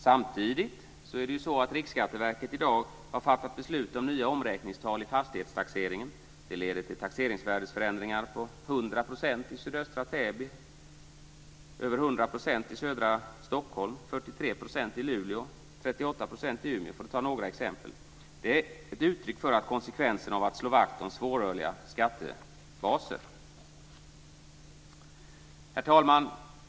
Samtidigt har Riksskatteverket i dag fattat beslut om nya omräkningstal i fastighetstaxeringen. Det leder till taxeringsvärdesförändringar på 100 % i sydöstra Täby, över 100 % i södra Stockholm, 43 % i Luleå och 38 % i Umeå för att ta några exempel. Det är ett uttryck för konsekvensen av att slå vakt om svårrörliga skattebaser. Herr talman!